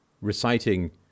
reciting